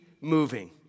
moving